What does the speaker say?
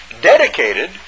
dedicated